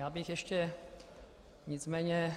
Já bych ještě nicméně